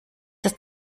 ist